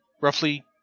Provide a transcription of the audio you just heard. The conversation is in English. roughly